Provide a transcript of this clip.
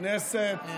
כנסת,